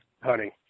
Hunting